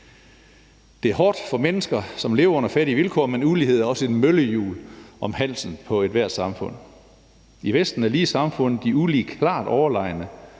Det er hårdt for mennesker, som lever under fattige vilkår, men ulighed er også et møllehjul om halsen på ethvert samfund. I Vesten er lige samfund de ulige klart overlegne,